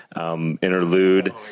interlude